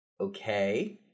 okay